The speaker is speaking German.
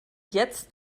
jetzt